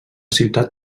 ciutat